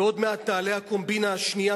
ועוד מעט תעלה הקומבינה השנייה,